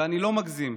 ולתושבי מודיעין,